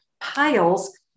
piles